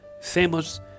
famous